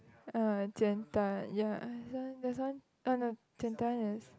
uh Jian-Duan ya that's one that's one uh no Jian-Duan is